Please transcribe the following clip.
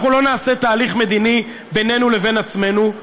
אנחנו לא נעשה תהליך מדיני בינינו לבין עצמנו.